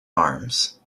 arms